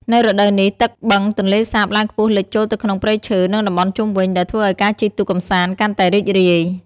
នៅរដូវនេះ ទឹកបឹងទន្លេសាបឡើងខ្ពស់លិចចូលទៅក្នុងព្រៃឈើ និងតំបន់ជុំវិញ ដែលធ្វើឲ្យការជិះទូកកម្សាន្តកាន់តែរីករាយ។